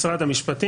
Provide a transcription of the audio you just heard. משרד המשפטים,